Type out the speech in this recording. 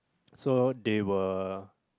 so they were